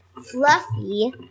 Fluffy